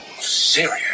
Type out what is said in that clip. serious